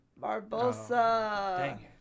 barbosa